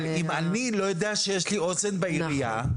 אבל אם אני לא יודע שיש לי אוזן קשבת בעירייה,